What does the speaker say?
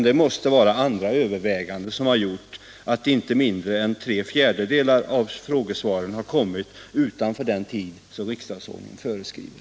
Det måste ha varit andra överväganden som legat bakom att inte mindre än tre fjärdedelar av frågesvaren har kommit senare än riksdagsordningen föreskriver.